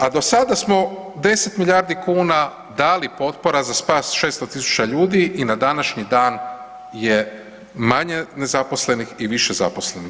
A do sada smo 10 milijardi kuna dali potpora za spas 600.000 ljudi i na današnji dan je manje nezaposlenih i više zaposlenih.